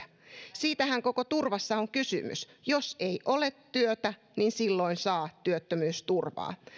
siitähän koko turvassa on kysymys jos ei ole työtä niin silloin saa työttömyysturvaa